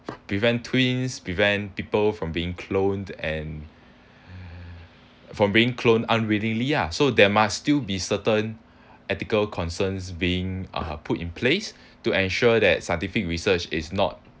prevent twins prevent people from being cloned and from being clone unwillingly ah so there must still be certain ethical concerns being uh put in place to ensure that scientific research is not